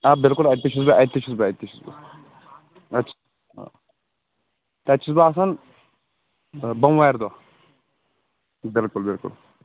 آ بِلکُل اَتہِ تہِ چھُس بہٕ اَتہِ تہِ چھُس بہٕ اَتہِ تہِ چھُس بہٕ تَتہِ چھُس بہٕ آسان بۄموارِ دۄہ بِلکُل بِلکُل